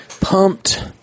pumped